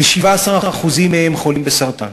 ו-17% מהם חולים בסרטן.